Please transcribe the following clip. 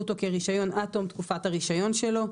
אותו כרישיון עד תום תקופת הרישיון שלו.